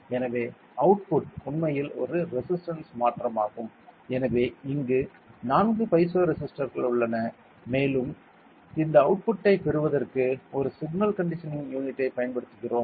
எனவே அவுட்புட் உண்மையில் ஒரு ரெசிஸ்டன்ஸ் மாற்றமாகும் எனவே இங்கு நான்கு பைசோ ரெசிஸ்டர்கள் உள்ளன மேலும் இந்த அவுட்புட்ட்டை பெறுவதற்கு ஒரு சிக்னல் கண்டிஷனிங் யூனிட்டைப் பயன்படுத்துவோம்